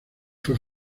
fue